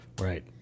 Right